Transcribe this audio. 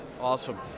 Awesome